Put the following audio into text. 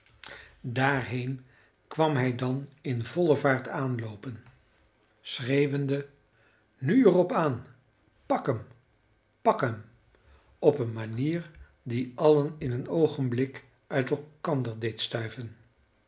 daarheen kwam hij dan in volle vaart aanloopen schreeuwende nu er op aan pak hem pak hem op eene manier die allen in een oogenblik uit elkander deed stuiven